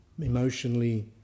emotionally